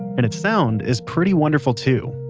and its sound is pretty wonderful too